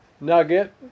nugget